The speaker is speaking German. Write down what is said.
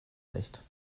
recht